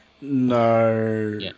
No